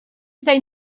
stai